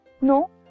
No